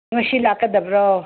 ꯉꯁꯤ ꯂꯥꯛꯀꯗꯕ꯭ꯔꯣ